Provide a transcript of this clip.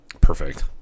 Perfect